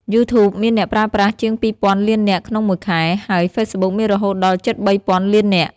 យូធូបមានអ្នកប្រើប្រាស់ជាងពីរពាន់លាននាក់ក្នុងមួយខែ ហើយហ្វេសប៊ុកមានរហូតដល់ជិតបីពាន់លាននាក់។